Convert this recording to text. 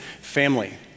family